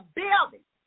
building